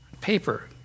paper